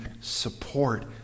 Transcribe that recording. support